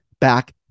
back